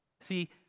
See